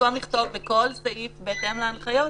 במקום לכתוב בכל סעיף "בהתאם להנחיות",